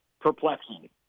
perplexing